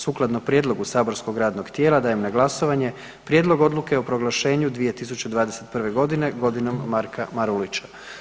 Sukladno prijedlogu saborskog radnog tijela dajem na glasovanje Prijedlog odluke o proglašenju 2021.g. „Godinom Marka Marulića“